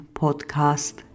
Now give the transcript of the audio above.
podcast